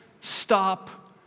stop